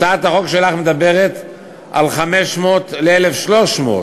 הצעת החוק שלך מדברת על הגדלה מ-500 ל-1,300,